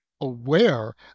aware